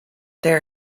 there